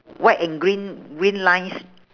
white and green green lines